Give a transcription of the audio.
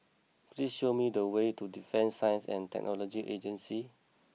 please show me the way to Defence Science and Technology Agency